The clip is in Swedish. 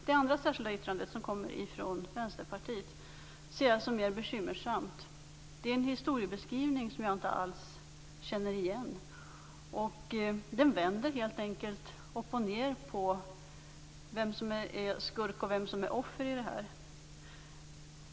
Det andra särskilda yttrandet som kommer från Vänsterpartiet ser jag som mer bekymmersamt. Det är en historiebeskrivning som jag inte alls känner igen. Den vänder helt enkelt upp och ned på vem som är skurk och vem som är offer i det här sammanhanget.